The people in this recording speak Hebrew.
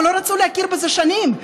לא רצו להכיר בזה שנים,